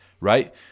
right